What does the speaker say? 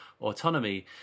autonomy